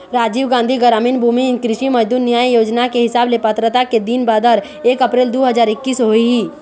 राजीव गांधी गरामीन भूमिहीन कृषि मजदूर न्याय योजना के हिसाब ले पात्रता के दिन बादर एक अपरेल दू हजार एक्कीस होही